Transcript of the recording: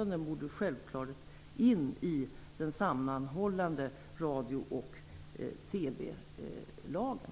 Den borde självfallet föras in i den sammanhållande radio och TV-lagen.